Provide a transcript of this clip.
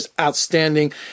outstanding